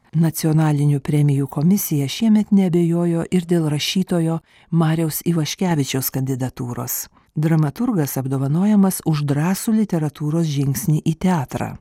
nacionalinių premijų komisija šiemet neabejojo ir dėl rašytojo mariaus ivaškevičiaus kandidatūros dramaturgas apdovanojamas už drąsų literatūros žingsnį į teatrą